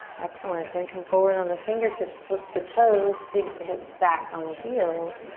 excellent, then come forward on the fingertips. flip the toes. sink the hips back on the heels.